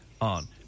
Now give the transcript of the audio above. on